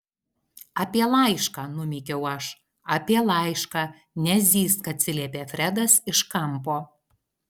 apie laišką numykiau aš apie laišką nezyzk atsiliepė fredas iš kampo